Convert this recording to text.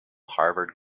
harvard